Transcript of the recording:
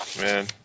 Man